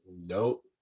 Nope